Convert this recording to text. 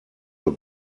your